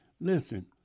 listen